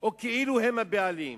או כאילו הם הבעלים.